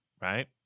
right